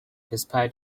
despite